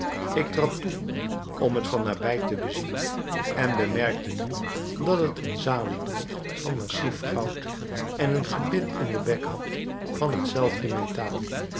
ik trad toe om het van naderbij te bezien en bemerkte nu dat het een zadel droeg van massief goud en een gebit in den bek had van hetzelfde metaal